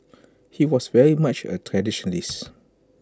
he was very much A traditionalist